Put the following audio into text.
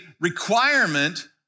requirement